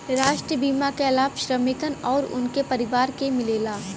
राष्ट्रीय बीमा क लाभ श्रमिकन आउर उनके परिवार के मिलेला